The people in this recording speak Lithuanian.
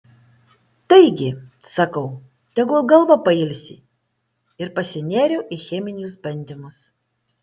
taigi sakau tegul galva pailsi ir pasinėriau į cheminius bandymus